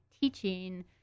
teaching